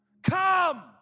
Come